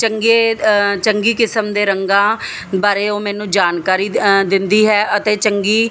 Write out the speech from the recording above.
ਚੰਗੇ ਚੰਗੀ ਕਿਸਮ ਦੇ ਰੰਗਾਂ ਬਾਰੇ ਉਹ ਮੈਨੂੰ ਜਾਣਕਾਰੀ ਅ ਦਿੰਦੀ ਹੈ ਅਤੇ ਚੰਗੀ